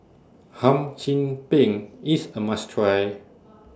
Hum Chim Peng IS A must Try